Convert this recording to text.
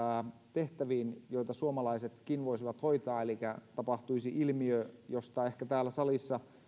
tehtäviin joita suomalaisetkin voisivat hoitaa elikkä tapahtuisi ilmiö josta ehkä täällä salissa